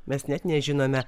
mes net nežinome